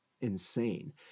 insane